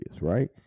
right